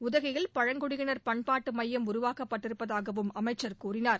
உதகையில் பழங்குடியினர் பண்பாட்டு மையம் உருவாக்கப்பட்டிருப்பதாகவும் அமைச்சர் கூறினார்